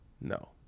no